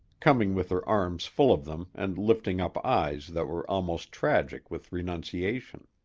coming with her arms full of them and lifting up eyes that were almost tragic with renunciation.